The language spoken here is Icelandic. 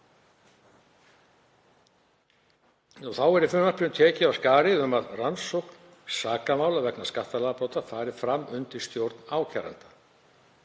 Þá er í frumvarpinu tekið af skarið um að rannsókn sakamála vegna skattalagabrota fari fram undir stjórn ákæranda.